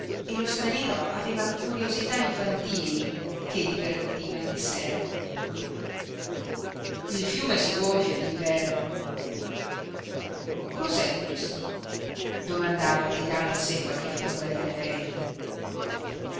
e lo straniero aveva curiosità infantili che divertivano il servo il fiume si gonfia d'inverno cos'è questo domandava tirando a sé qualche fronda di alberello